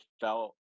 felt